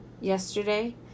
Yesterday